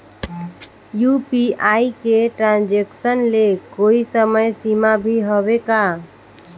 UPI के transaction ले कोई समय सीमा भी हवे का?